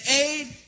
aid